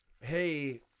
hey